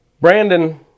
Brandon